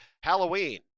Halloween